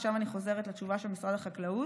עכשיו אני חוזרת לתשובה של משרד החקלאות.